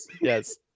Yes